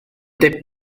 debyg